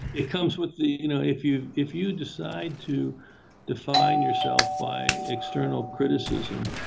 it comes with the you know, if you if you decide to define yourself by external criticism,